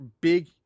big